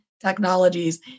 technologies